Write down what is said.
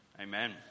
Amen